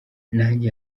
nanjye